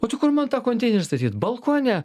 o tai kur man tą konteinerį statyt balkone